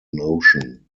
notion